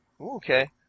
okay